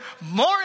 more